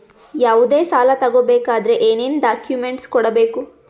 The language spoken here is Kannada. ಯಾವುದೇ ಸಾಲ ತಗೊ ಬೇಕಾದ್ರೆ ಏನೇನ್ ಡಾಕ್ಯೂಮೆಂಟ್ಸ್ ಕೊಡಬೇಕು?